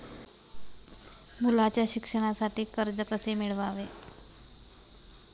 मुलाच्या शिक्षणासाठी कर्ज कसे मिळवावे?